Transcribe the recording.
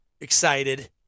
excited